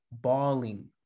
bawling